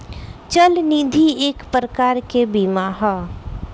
चल निधि एक प्रकार के बीमा ह